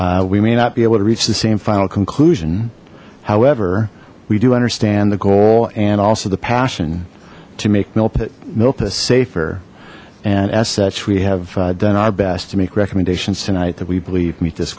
we may not be able to reach the same final conclusion however we do understand the goal and also the passion to make milpa milpas safer and as such we have done our best to make recommendations tonight that we believe me